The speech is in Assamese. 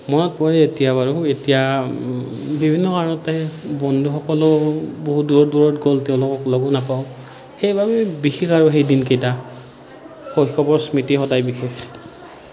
মনত পৰে এতিয়া বাৰু এতিয়া বিভিন্ন কাৰণতে বন্ধুসকলো বহুত দূৰত দূৰত গ'ল তেওঁলোকক লগো নাপাওঁ সেইবাবেই বিশেষ আৰু সেই দিনকেইটা শৈশৱৰ স্মৃতি সদায় বিশেষ